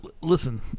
Listen